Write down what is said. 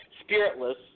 spiritless